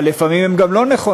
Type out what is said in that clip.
אבל לפעמים הן גם לא נכונות.